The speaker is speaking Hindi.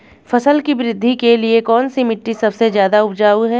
फसल की वृद्धि के लिए कौनसी मिट्टी सबसे ज्यादा उपजाऊ है?